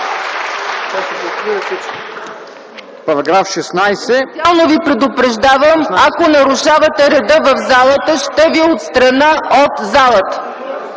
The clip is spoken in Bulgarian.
Параграф 16.